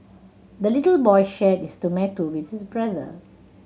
the little boy shared this tomato with his brother